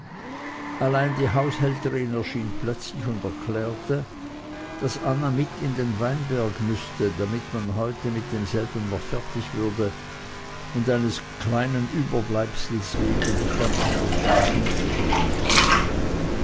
allein die haushälterin erschien plötzlich und erklärte daß anna mit in den weinberg müßte damit man heute mit demselben noch fertig würde und eines kleinen überbleibsels wegen nicht am andern tage hinzugehen brauche